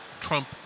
Trump